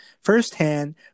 firsthand